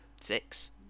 six